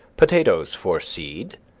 potatoes for seed.